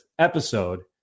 episode